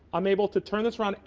i'm able to turn this around. and